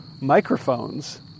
microphones